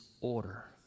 order